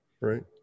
right